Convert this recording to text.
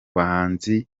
bahanzi